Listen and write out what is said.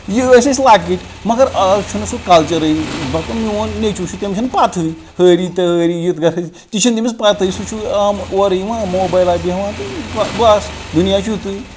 یہٕ ٲسۍ أسۍ لَکٕٹۍ مگر آز چھُنہٕ سُہ کَلچَرٕے مَطلب میوٚن نیچوٗ چھُ تٔمِس چھنہٕ پَتٕہٕے ہٲری تٕے ہٲری یَتھ گَرَس تہِ چھُنہٕ تٔمِس پَتٕہٕے سُہ چھُ اورٕ یِوان موبایِلا بیٚہوان تہٕ بَس دُنیا چھُ یُتُے